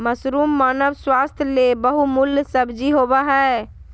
mushroom मानव स्वास्थ्य ले बहुमूल्य सब्जी होबय हइ